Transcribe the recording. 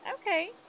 Okay